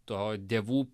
to dievų